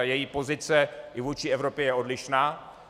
Její pozice i vůči Evropě je odlišná.